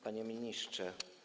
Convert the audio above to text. Panie Ministrze!